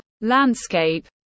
landscape